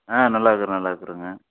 ஆ நல்லா இருக்கிறேன் நல்லா இருக்கிறேங்க